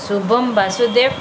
Shubham Basudev